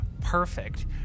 perfect